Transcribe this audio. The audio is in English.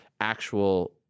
actual